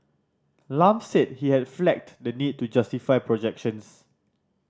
Lam said he had flagged the need to justify projections